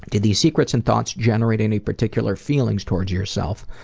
do these secrets and thoughts generate any particular feelings towards yourself?